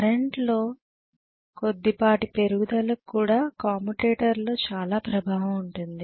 కరెంటులో కొద్దిపాటి పెరుగుదలకు కూడా కమ్యుటేటర్లో చాలా ప్రభావం ఉంటుంది